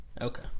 Okay